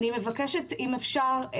אני מבקשת, אם אפשר.